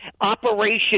Operation